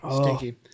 Stinky